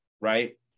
right